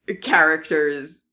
characters